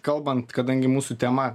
kalbant kadangi mūsų tema